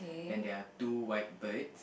then there are two white birds